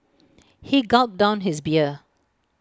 he gulped down his beer